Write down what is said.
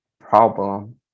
problem